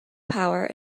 power